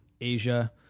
Asia